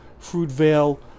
Fruitvale